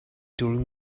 during